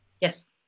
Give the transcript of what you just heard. Yes